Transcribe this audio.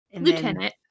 lieutenant